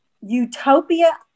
utopia